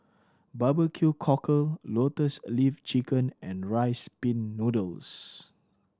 bbq cockle Lotus Leaf Chicken and Rice Pin Noodles